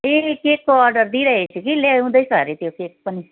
ए केकको अर्डर दिइराखेको छु कि ल्याउँदै छ अरे त्यो केक पनि